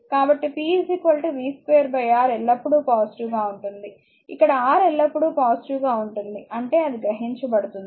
కాబట్టి p v2 R ఎల్లప్పుడూ positive గా ఉంటుంది ఇక్కడ R ఎల్లప్పుడూ పాజిటివ్ గా ఉంటుంది అంటే అది గ్రహించబడుతుంది